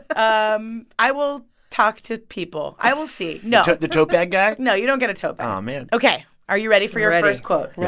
um i will talk to people. i will see. no the tote bag guy? no, you don't get a tote bag aw, man ok. are you ready for your first quote? yeah